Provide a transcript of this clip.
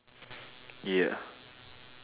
ya